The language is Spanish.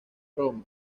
roma